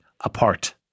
apart